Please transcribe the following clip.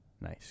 Nice